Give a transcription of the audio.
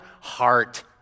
heart